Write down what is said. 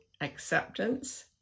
acceptance